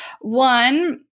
One